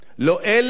ולא אלה.